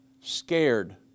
scared